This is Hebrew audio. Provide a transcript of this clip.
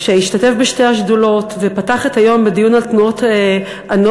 שהשתתף בשתי השדולות ופתח את היום בדיון על תנועות הנוער.